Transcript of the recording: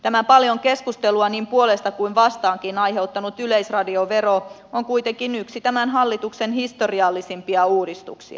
tämä paljon keskustelua niin puolesta kuin vastaankin aiheuttanut yleisradiovero on kuitenkin yksi tämä hallituksen historiallisimpia uudistuksia